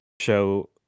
show